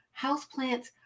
houseplants